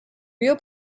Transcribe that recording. real